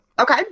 okay